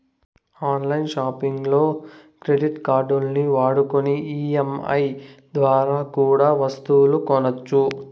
on line సాపింగుల్లో credit కార్డుల్ని వాడుకొని ఈ.ఎం.ఐ దోరా కూడా ఒస్తువులు కొనొచ్చు